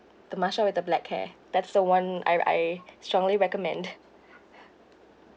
the marsha with the black hair that's the one I I strongly recommend